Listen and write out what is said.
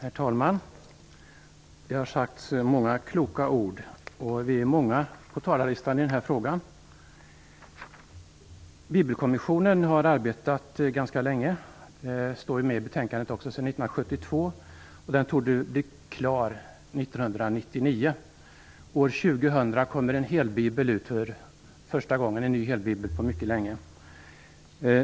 Herr talman! Det har sagts många kloka ord, och vi är många på talarlistan i den här frågan. Bibelkommissionen har arbetat ganska länge, sedan 1972 som framgår av betänkandet. Den torde bli klar 1999. År 2000 kommer en helbibel ut för första gången på mycket länge.